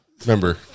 Remember